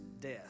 death